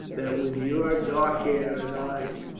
that with your dark hair and eyes,